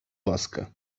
ласка